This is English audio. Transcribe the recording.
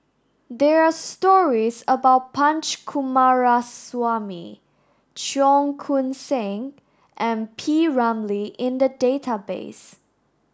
there are stories about Punch Coomaraswamy Cheong Koon Seng and P Ramlee in the database